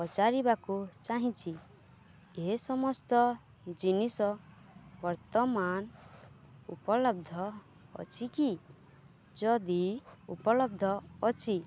ପଚାରିବାକୁ ଚାହିଁଛି ଏ ସମସ୍ତ ଜିନିଷ ବର୍ତ୍ତମାନ ଉପଲବ୍ଧ ଅଛି କି ଯଦି ଉପଲବ୍ଧ ଅଛି